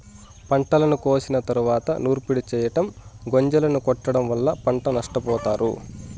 పంటను కోసిన తరువాత నూర్పిడి చెయ్యటం, గొంజలను కొట్టడం వల్ల పంట నష్టపోతారు